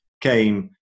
came